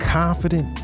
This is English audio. confident